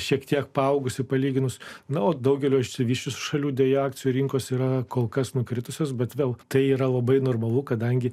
šiek tiek paaugusi palyginus nuo daugelio išsivysčiusių šalių deja akcijų rinkos yra kol kas nukritusios bet vėl tai yra labai normalu kadangi